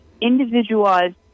individualized